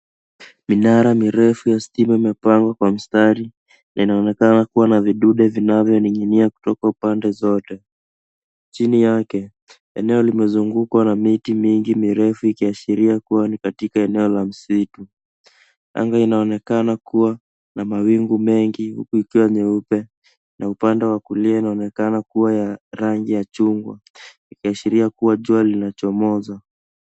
Minara mrefu ya stima imepangwa kwa mstari, yanaonekana kuwa na vidunde yanayo ning'inia pande zote. Chini yake eneo lime zungukwa na miti mingi mirefu ikiashiria kuwa ni katika eneo la msitu, anga inaonekana kuwa na mawingu mengi huku ikiwa nyeupe na upande wa kulia unaonekana kuwa ya rangi ya chungwa ikiashiria kuwa jua linachomoza.